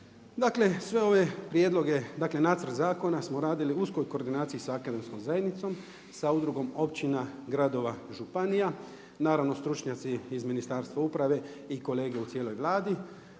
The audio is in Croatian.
Dakle, sve ove prijedloge, dakle nacrt zakona, smo radili u uskoj koordinaciji sa akademskom zajednicom, sa udrugom općina, gradova, županija, naravno stručnjaci iz Ministarstva uprave i kolege u cijeloj Vladi.